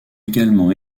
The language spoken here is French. également